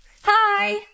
Hi